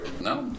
No